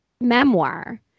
memoir